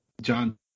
John